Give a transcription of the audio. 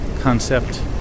concept